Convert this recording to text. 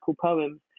poems